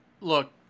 look